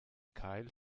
keil